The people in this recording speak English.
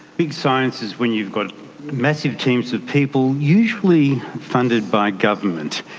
big science is when you've got massive teams of people, usually funded by government.